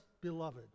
beloved